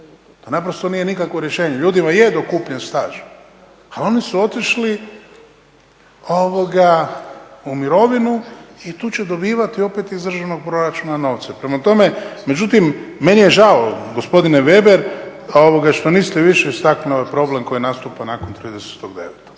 Naprosto nije nikakvo rješenje. Ljudima je dokupljen staž ali oni su otišli u mirovinu i tu će dobivati opet iz državnog proračuna novce. Međutim, meni je žao gospodine Veber što niste više istaknuli ovaj problem koji nastupa nakon 30.09.